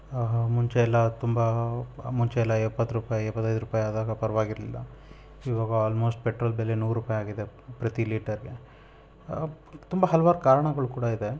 ಮುಂಚೆ ಎಲ್ಲ ತುಂಬ ಮುಂಚೆ ಎಲ್ಲ ಎಪ್ಪತ್ತು ರೂಪಾಯಿ ಎಪ್ಪತ್ತೈದು ರೂಪಾಯಿ ಆದಾಗ ಪರವಾಗಿರ್ಲಿಲ್ಲ ಇವಾಗ ಆಲ್ಮೋಸ್ಟ್ ಪೆಟ್ರೋಲ್ ಬೆಲೆ ನೂರು ರೂಪಾಯಿ ಆಗಿದೆ ಪ್ರತಿ ಲೀಟರ್ಗೆ ತುಂಬ ಹಲ್ವಾರು ಕಾರಣಗಳು ಕೂಡ ಇದೆ